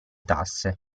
tasse